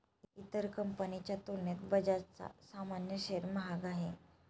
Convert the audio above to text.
इतर कंपनीच्या तुलनेत बजाजचा सामान्य शेअर महाग आहे